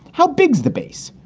how big is the base?